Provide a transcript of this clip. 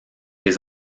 les